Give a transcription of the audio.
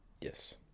Yes